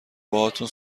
باهاتون